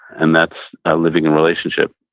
and that's a living and relationship.